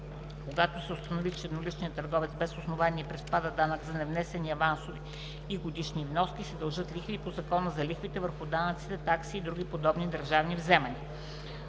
Когато се установи, че едноличният търговец без основание приспада данък, за невнесените авансови и годишни вноски се дължат лихви по Закона за лихвите върху данъци, такси и други подобни държавни вземания.“